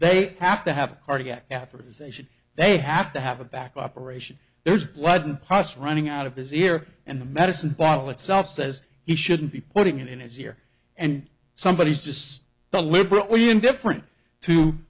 they have to have a cardiac catheterization they have to have a back operation there's blood and pos running out of his ear and the medicine bottle itself says he shouldn't be putting it in his ear and somebody just the liberal were indifferent to